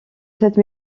cette